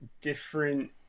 different